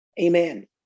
amen